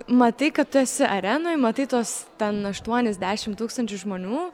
matai kad tu esi arenoj matai tuos ten aštuoniasdešim tūkstančių žmonių